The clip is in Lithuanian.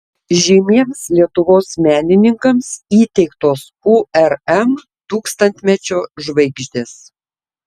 žymiems lietuvos menininkams įteiktos urm tūkstantmečio žvaigždės